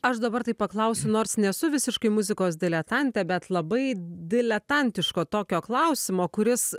aš dabar taip paklausiu nors nesu visiškai muzikos diletantė bet labai diletantiško tokio klausimo kuris